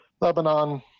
Lebanon